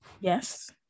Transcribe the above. Yes